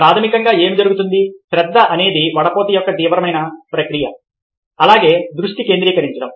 కాబట్టి ప్రాథమికంగా ఏమి జరుగుతుంది శ్రద్ధ అనేది వడపోత యొక్క తీవ్రమైన ప్రక్రియ అలాగే దృష్టి కేంద్రీకరించడం